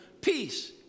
peace